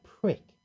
prick